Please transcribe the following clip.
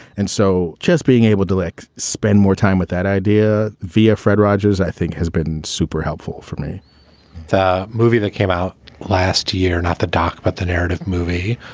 and so just being able to like spend more time with that idea. veha fred rogers i think has been super helpful for me the movie that came out last year, not the doc, but the narrative movie